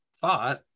thought